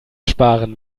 sparen